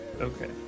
Okay